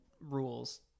rules